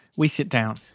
we sit down.